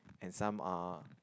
and some uh